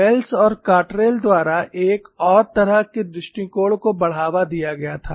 Wales और Cottrell द्वारा एक और तरह के दृष्टिकोण को बढ़ावा दिया गया था